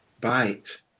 bite